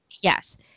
Yes